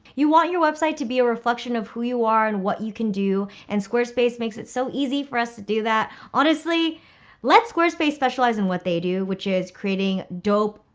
you want your website to be a reflection of who you are and what you can do and squarespace makes it so easy for us to do that. honestly let squarespace specialize in what they do, which is creating dope,